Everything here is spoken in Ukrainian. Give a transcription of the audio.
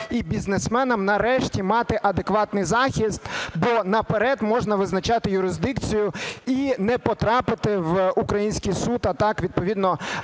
і бізнесменам нарешті мати адекватний захист, бо наперед можна визначати юрисдикцію і не потрапити в український суд, а так відповідно